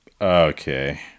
okay